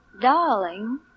Darling